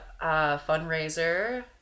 fundraiser